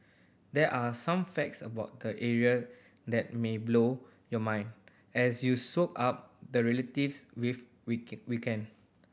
there are some facts about the area that may blow your mind as you soak up the relatives with weekend